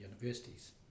universities